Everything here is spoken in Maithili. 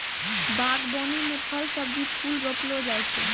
बागवानी मे फल, सब्जी, फूल रौपलो जाय छै